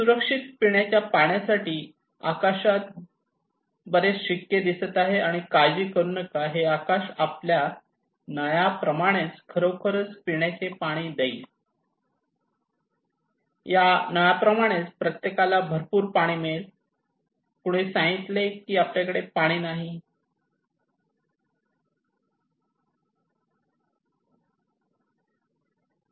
सुरक्षित पिण्याच्या पाण्यासाठी आकाशात बरेच शिक्के दिसत आहे आणि काळजी करू नका हे आकाश आपल्याला या नळाप्रमाणेच खरोखर पिण्याचे पाणी देईल या नळाप्रमाणेच प्रत्येकाला भरपूर पाणी मिळेल कुणी सांगितले की आपल्याकडे पाणी नाही